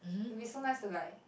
will be so nice to like